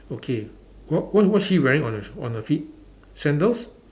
okay what what is she wearing on her on her feet sandals